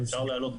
רקפת,